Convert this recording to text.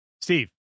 Steve